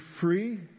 free